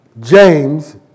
James